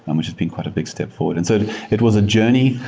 and which has been quite a big step forward. and so it was a journey.